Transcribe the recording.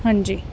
ਹਾਂਜੀ